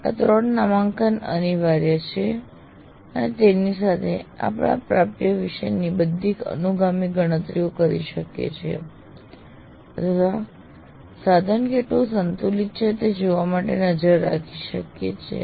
આ ત્રણ નામાંકન અનિવાર્ય છે અને તેની સાથે આપણે પ્રાપ્યતા વિશેની બધી અનુગામી ગણતરીઓ કરી શકીએ છીએ અથવા સાધન કેટલું સંતુલિત છે તે જોવા માટે નજર રાખી શકીએ છીએ